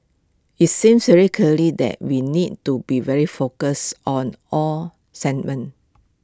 IT sings very clearly that we need to be very focused on all segments